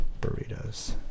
Burritos